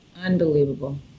Unbelievable